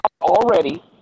already